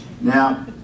Now